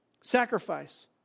Sacrifice